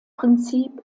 prinzip